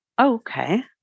Okay